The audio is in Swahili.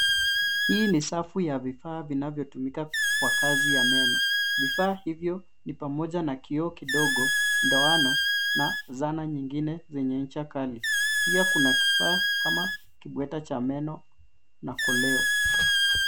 Hii ni safu ya vifaa vinavyotumika kwa kazi ya meno. Vifaa hivyo ni pamoja na kioo kidogo, ndoano na zana nyingine zenye ncha kali. Pia kuna kifaa kama kibweta cha meno na koleo.